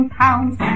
pounds